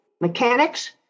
mechanics